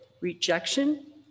rejection